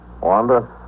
Wanda